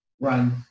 run